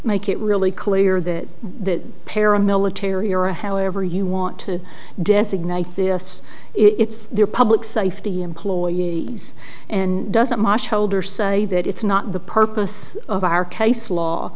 make it really clear that the paramilitary or however you want to designate this it's their public safety employee and doesn't my shoulder say that it's not the purpose of our case law